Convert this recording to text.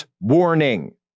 warning